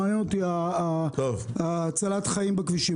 מעניין אותי הצלת חיים בכבישים.